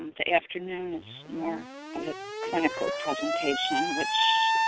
the afternoon is more of a clinical presentation, which